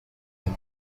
and